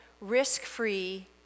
risk-free